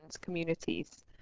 communities